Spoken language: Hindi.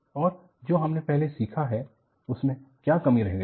और जो हमने पहले सीखा है उसमें क्या कमी रह गई है